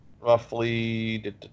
Roughly